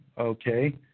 okay